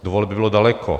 Do voleb bylo daleko.